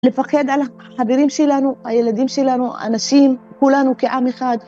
לפחד על החברים שלנו, הילדים שלנו, הנשים, כולנו כעם אחד.